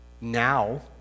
now